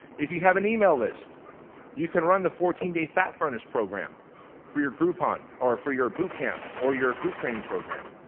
if you have an email list you can run the fourteen day fat furnace program for your groupon, or for your boot camp or your group training program.